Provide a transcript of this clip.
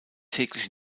täglich